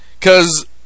Cause